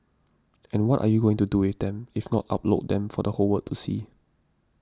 and what are you going to do with them if not upload them for the whole world to see